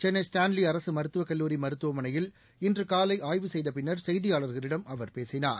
சென்னை ஸ்டான்லிஅரசுமருத்துவக் கல்லூரி மருத்துவமனையில் இன்றுகாலைஆய்வு செய்தபின்னர் செய்தியாளர்களிடம் அவர் பேசினார்